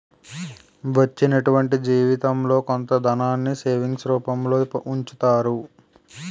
వచ్చినటువంటి జీవితంలో కొంత ధనాన్ని సేవింగ్స్ రూపంలో ఉంచుతారు